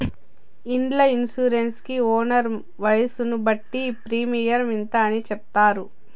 ఇండ్ల ఇన్సూరెన్స్ కి ఓనర్ వయసును బట్టి ప్రీమియం ఇంత అని చెప్తారు